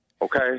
Okay